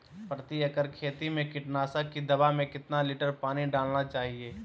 प्रति एकड़ खेती में कीटनाशक की दवा में कितना लीटर पानी डालना चाइए?